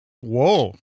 Whoa